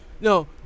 No